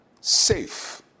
Safe